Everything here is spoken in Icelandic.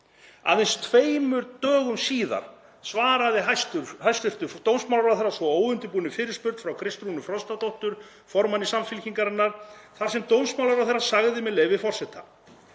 Aðeins tveimur dögum síðar svaraði hæstv. dómsmálaráðherra svo óundirbúinni fyrirspurn frá Kristrúnu Frostadóttur, formanni Samfylkingarinnar, þar sem dómsmálaráðherra sagði, með leyfi forseta: